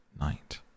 night